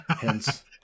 hence